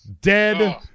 Dead